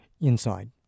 inside